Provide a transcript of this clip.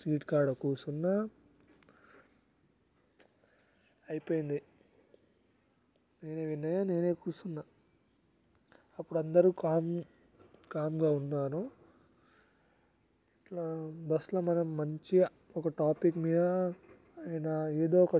seat కాడ కూర్చున్న అయిపోయింది నేనే విన్ అయిన నేనే కూర్చున్న అప్పుడు అందరూ కామ్ కామ్గా ఉన్నారు ఇట్లా బస్సులో మనం మంచిగా ఒక టాపిక్ మీద ఇక్కడ ఏదో ఒక